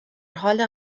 حال